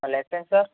lifetime sir